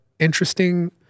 Interesting